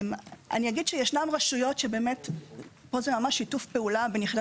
אגיד שפה זה ממש שיתוף פעולה בין יחידת